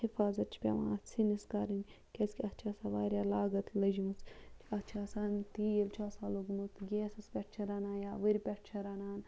حفاظت چھِ پٮ۪وان اَتھ سِنِس کَرٕنۍ کیٛازِکہِ اَتھ چھِ آسان واریاہ لاگَتھ لٔجمٕژ اَتھ چھِ آسان تیٖل چھُ آسان لوٚگمُت گیسَس پٮ۪ٹھ چھِ رَنان یا ؤرِ پٮ۪ٹھ چھِ رَنان